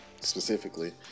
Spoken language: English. specifically